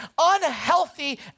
unhealthy